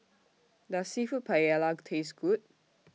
Does Seafood Paella Taste Good